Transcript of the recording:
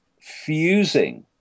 fusing